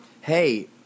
Hey